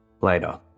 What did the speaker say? Later